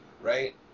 right